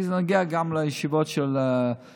כי זה נוגע גם לישיבות של המפד"ל,